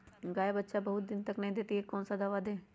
गाय बच्चा बहुत बहुत दिन तक नहीं देती कौन सा दवा दे?